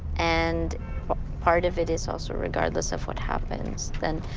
and part of it is also regardless of what happens, then,